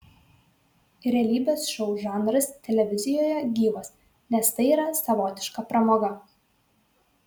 realybės šou žanras televizijoje gyvas nes tai yra savotiška pramoga